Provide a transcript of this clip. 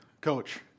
coach